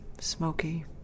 smoky